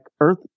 Earth